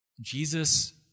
Jesus